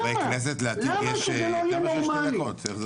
לחברי הכנסת לא ניתנות חמש דקות.